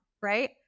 right